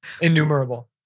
Innumerable